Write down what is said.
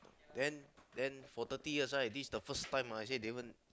then then for thirty years right this is the first time ah I say Davon